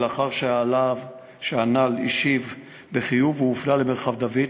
ולאחר שהנ"ל השיב בחיוב הוא הופנה למרחב דוד,